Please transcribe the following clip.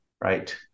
right